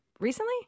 recently